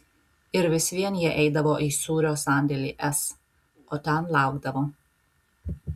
ir vis vien jie eidavo į sūrio sandėlį s o ten laukdavo